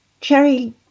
Cherry